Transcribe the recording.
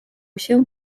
się